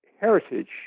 heritage